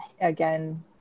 again